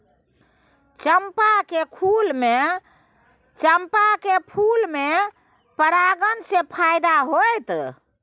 चंपा के फूल में परागण से फायदा होतय?